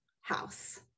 house